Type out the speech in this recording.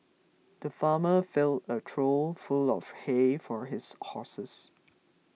the farmer filled a trough full of hay for his horses